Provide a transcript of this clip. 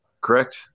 correct